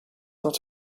not